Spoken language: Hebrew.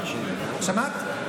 שמעת?